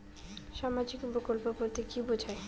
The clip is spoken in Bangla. সামাজিক প্রকল্প বলতে কি বোঝায়?